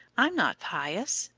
i'm not pious.